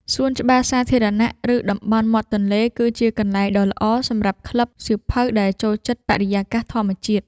សួនច្បារសាធារណៈ ឬតំបន់មាត់ទន្លេ គឺជាកន្លែងដ៏ល្អសម្រាប់ក្លឹបសៀវភៅដែលចូលចិត្តបរិយាកាសធម្មជាតិ។